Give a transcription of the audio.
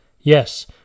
yes